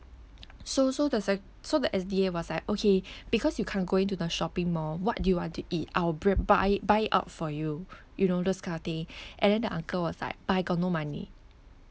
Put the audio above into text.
so so the se~ so the S_D_A was like okay because you can't go into the shopping mall what do you want to eat I'll br~ buy it buy it out for you you know those kind of thing and then the uncle was like but I got no money